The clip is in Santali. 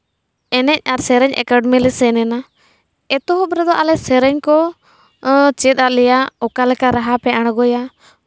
ᱮᱱᱮᱡ ᱟᱨ ᱥᱮᱨᱮᱧ ᱮᱠᱟᱰᱮᱢᱤ ᱞᱮ ᱥᱮᱱ ᱮᱱᱟ ᱮᱛᱚᱦᱚᱵ ᱨᱮᱫᱚ ᱟᱞᱮ ᱥᱮᱨᱮᱧ ᱠᱚ ᱪᱮᱫ ᱟᱜ ᱞᱮᱭᱟ ᱚᱠᱟ ᱞᱮᱠᱟ ᱨᱟᱦᱟᱯᱮ ᱟᱬᱜᱚᱭᱟ